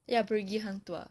ya perigi hang tuah